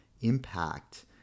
impact